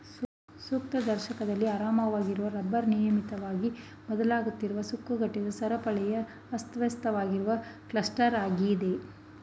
ಸೂಕ್ಷ್ಮದರ್ಶಕದಲ್ಲಿ ಆರಾಮವಾಗಿರೊ ರಬ್ಬರ್ ಮಿತವಾಗಿ ಬದಲಾಗುತ್ತಿರುವ ಸುಕ್ಕುಗಟ್ಟಿದ ಸರಪಳಿಯ ಅಸ್ತವ್ಯಸ್ತವಾಗಿರುವ ಕ್ಲಸ್ಟರಾಗಿದೆ